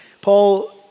Paul